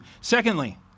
Secondly